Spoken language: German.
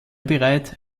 bereit